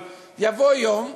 יבוא יום,